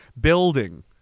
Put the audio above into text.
building